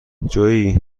جویی